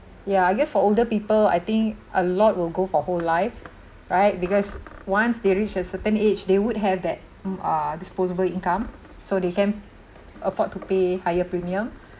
ya I guess for older people I think a lot will go for whole life right because once they reach a certain age they would have that mm uh disposable income so they can afford to pay higher premium